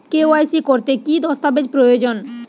KYC করতে কি দস্তাবেজ প্রয়োজন?